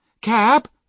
Cab